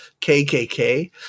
kkk